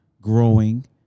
growing